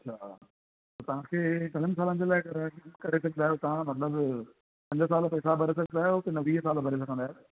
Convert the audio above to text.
अच्छा त तव्हांखे घणनि सालनि जे लाइ कराए करे सघंदा आयो तव्हां मतलबु पंज साल पैसा भरे सघंदा आयो की न वीह साल भरे सघंदा आहियो